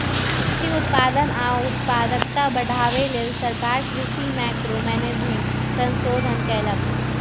कृषि उत्पादन आ उत्पादकता बढ़ाबे लेल सरकार कृषि मैंक्रो मैनेजमेंट संशोधन कएलक